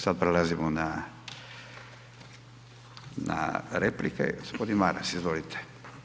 Sad prelazimo na, na replike, gospodin Maras, izvolite.